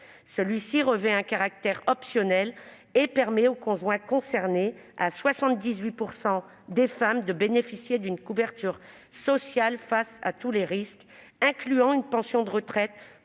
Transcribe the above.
Ce statut revêt un caractère optionnel et permet aux conjoints concernés, à 78 % des femmes, de bénéficier d'une couverture sociale multirisque, incluant une pension de retraite